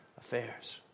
affairs